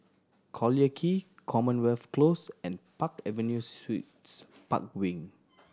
Collyer Quay Commonwealth Close and Park Avenue Suites Park Wing